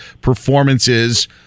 performances